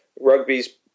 rugby's